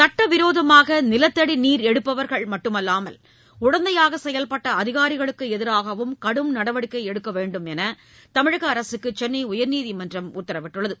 சட்டவிரோதமாக நிலத்தடி நீர் எடுப்பவர்கள் மட்டுமல்லாமல் உடந்தையாக செயல்பட்ட அதிகாரிகளுக்கு எதிராகவும் கடும் நடவடிக்கை எடுக்க வேண்டும் என்று தமிழக அரசுக்கு சென்னை உயர்நீதிமன்றம் உத்தரவிட்டுள்ளது